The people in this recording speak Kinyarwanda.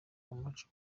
umuco